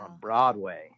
Broadway